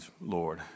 Lord